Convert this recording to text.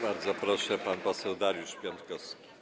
Bardzo proszę, pan poseł Dariusz Piontkowski.